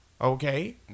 okay